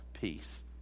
peace